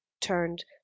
turned